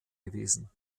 gewesen